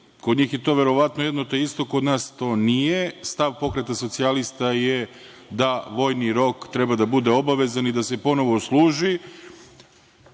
Kod njih je to, verovatno, jedno te isto, kod nas to nije. Stav Pokreta socijalista je da vojni rok treba da bude obavezan i da se ponovo služi. Ovi